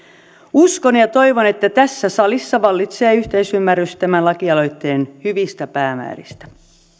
uskon ja toivon että tässä salissa vallitsee yhteisymmärrys tämän lakialoitteen hyvistä päämääristä